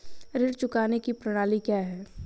ऋण चुकाने की प्रणाली क्या है?